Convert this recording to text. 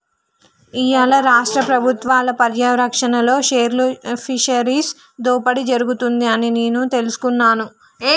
ఇయ్యాల రాష్ట్ర పబుత్వాల పర్యారక్షణలో పేర్ల్ ఫిషరీస్ దోపిడి జరుగుతుంది అని నాను తెలుసుకున్నాను